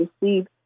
received